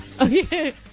Okay